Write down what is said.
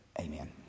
Amen